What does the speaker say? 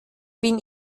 bin